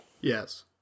yes